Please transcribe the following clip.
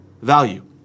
value